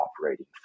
operating